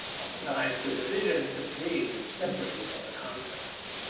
oftentimes, the division into three is separated from the context.